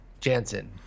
Jansen